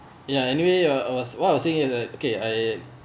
ya anyway uh uh what I was saying is uh okay I